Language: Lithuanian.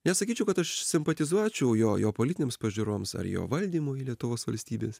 nesakyčiau kad aš simpatizuočiau jo jo politinėms pažiūroms ar jo valdymui lietuvos valstybės